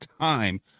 time